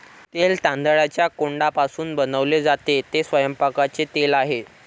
तेल तांदळाच्या कोंडापासून बनवले जाते, ते स्वयंपाकाचे तेल आहे